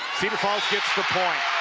cedar falls gets the point.